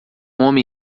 homem